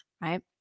right